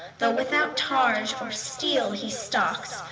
though without targe or steel he stalks,